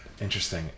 Interesting